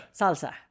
Salsa